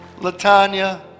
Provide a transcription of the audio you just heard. Latanya